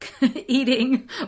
eating